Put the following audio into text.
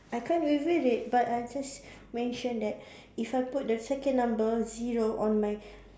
I can't reveal it but I just mention that if I put the second number zero on my